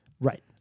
Right